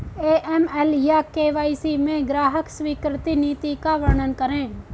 AML या KYC में ग्राहक स्वीकृति नीति का वर्णन करें?